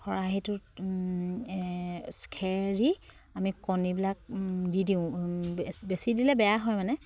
খৰাহীটোত খেৰ দি আমি কণীবিলাক দি দিওঁ বেছি দিলে বেয়া হয় মানে